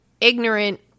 ignorant